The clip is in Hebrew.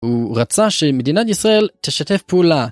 הוא רצה שמדינת ישראל תשתף פעולה.